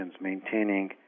maintaining